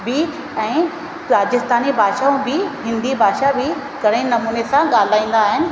बि ऐं राजस्थानी भाषाऊं बि हिंदी भाषा बि घणे नमूने सां ॻाल्हाईंदा आहिनि